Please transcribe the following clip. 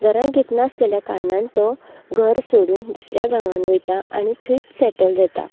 घरांत घेत नाशिल्या कारणान तो घर सोडून दुसऱ्या गांवांन वयता आनी थंयच सेटल जाता